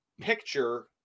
picture